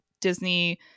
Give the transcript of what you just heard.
Disney